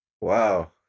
Wow